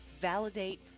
Validate